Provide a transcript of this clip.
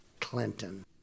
Clinton